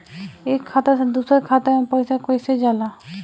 एक खाता से दूसर खाता मे पैसा कईसे जाला?